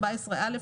14א,